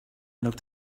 looked